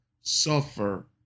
suffer